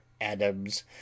adams